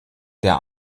der